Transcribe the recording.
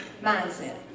mindset